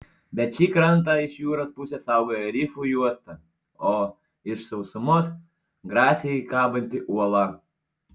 bet šį krantą iš jūros pusės saugojo rifų juosta o iš sausumos grasiai kabanti uola